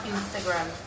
Instagram